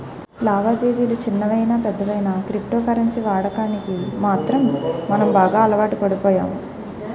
లావాదేవిలు చిన్నవయినా పెద్దవయినా క్రిప్టో కరెన్సీ వాడకానికి మాత్రం మనం బాగా అలవాటుపడిపోయాము